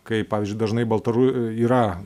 kaip pavyzdžiui dažnai baltaru yra